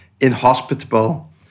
inhospitable